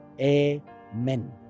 Amen